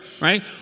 right